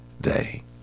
day